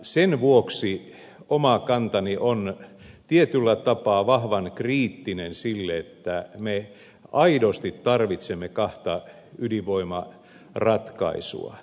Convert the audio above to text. sen vuoksi oma kantani on tietyllä tapaa vahvan kriittinen sitä kohtaan että me aidosti tarvitsemme kahta ydinvoimaratkaisua